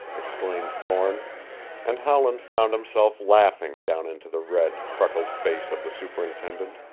exclaimed thorne and howland found himself laughing down into the red, freckled face of the superintendent.